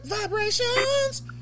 vibrations